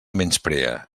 menysprea